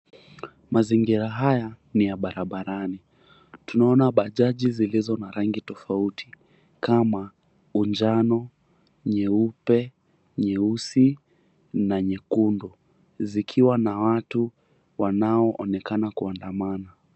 Mazingira haya ni ya barabarani. Tunaona bajaji zilizo na rangi tofauti kama unjano, nyeupe, nyeusi na nyekundu, zikiwa na watu wanaoonekana kuandamana.